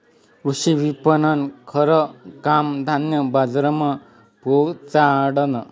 कृषी विपणननं खरं काम धान्य बजारमा पोचाडनं